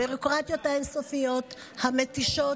הביורוקרטיות האין-סופיות, המתישות,